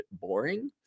boring